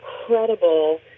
incredible